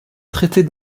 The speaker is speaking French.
traiter